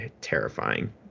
terrifying